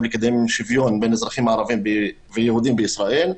לקדם שוויון בין אזרחים ערבים ויהודים בישראל,